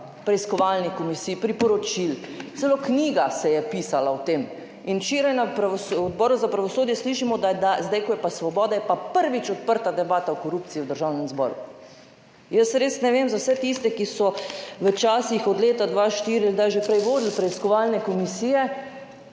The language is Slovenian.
preiskovalnih komisij, priporočil, celo knjiga se je pisala o tem in včeraj, na Odboru za pravosodje slišimo, da je zdaj, ko je pa Svoboda, je pa prvič odprta debata o korupciji v Državnem zboru. Jaz res ne vem za vse tiste, ki so v časih od leta 2004, kdaj že prej vodili preiskovalne komisije,